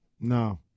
No